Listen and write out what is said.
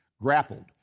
grappled